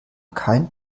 kein